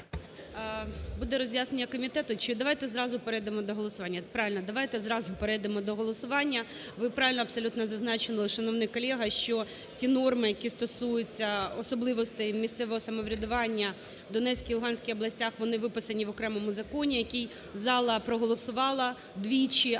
до голосування? Правильно, давайте зразу перейдемо до голосування. Ви правильно абсолютно зазначили, шановний колега, що ті норми, які стосуються особливостей місцевого самоврядування у Донецькій і Луганській областях, вони виписані в окремому законі, який зала проголосувала двічі,